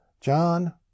John